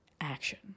action